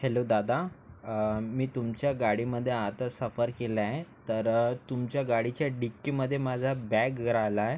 hello दादा मी तुमच्या गाडीमध्ये आता सफर केलाय तर तुमच्या गाडीच्या डिक्कीमध्ये माझा बॅग राहिलाय